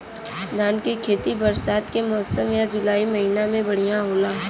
धान के खेती बरसात के मौसम या जुलाई महीना में बढ़ियां होला?